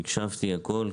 הקשבתי להכל,